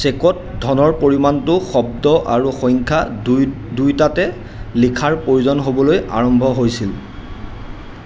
চেকত ধনৰ পৰিমাণটো শব্দ আৰু সংখ্যা দুই দুয়োটাতে লিখাৰ প্ৰয়োজন হ'বলৈ আৰম্ভ হৈছিল